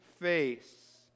face